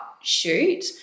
shoot